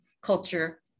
culture